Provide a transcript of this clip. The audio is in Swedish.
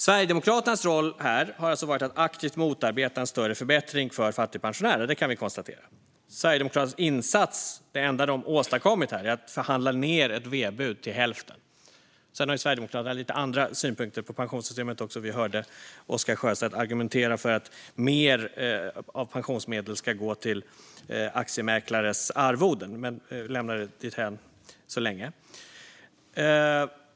Sverigedemokraternas roll här har alltså varit att aktivt motarbeta en större förbättring för fattigpensionärer. Det kan vi konstatera. Sverigedemokraternas insats, det enda de har åstadkommit här, är att förhandla ned ett V-bud till hälften. Sedan har Sverigedemokraterna också lite andra synpunkter på pensionssystemet. Vi hörde Oscar Sjöstedt argumentera för att mer av pensionsmedel ska gå till aktiemäklares arvoden, men jag lämnar det dithän så länge.